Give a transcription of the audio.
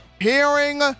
hearing